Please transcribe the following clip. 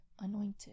anointed